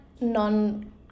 non-